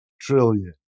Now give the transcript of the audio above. trillion